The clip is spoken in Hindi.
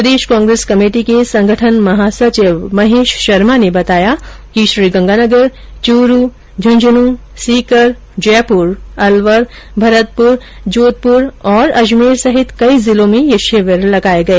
प्रदेश कांग्रेस कमेटी के संगठन महासचिव महेश शर्मा ने बताया कि श्रीगंगानगर चूरू झंझनूं सीकर जयप्र अलवर भरतपुर जोधपुर और अजमेर सहित कई जिलों में ये शिविर आयोजित किए गए